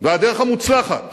והמוצלחת